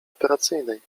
operacyjnej